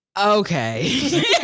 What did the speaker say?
Okay